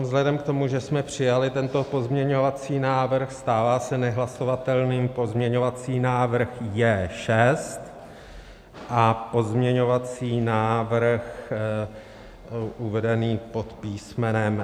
Vzhledem k tomu, že jsme přijali tento pozměňovací návrh, stává se nehlasovatelným pozměňovací návrh J6 a pozměňovací návrh uvedený pod písmenem M.